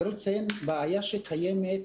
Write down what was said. צריך לציין בעיה שקיימת,